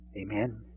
Amen